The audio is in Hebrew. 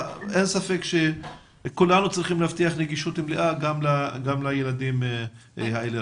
אין ספק שכולנו צריכים להבטיח נגישות מלאה גם לילדים האלרגיים.